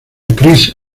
chris